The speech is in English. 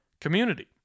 Community